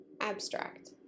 Abstract